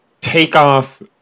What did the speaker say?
Takeoff